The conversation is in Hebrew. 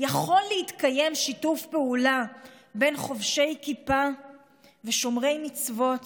יכול להתקיים שיתוף פעולה בין חובשי כיפה ושומרי מצוות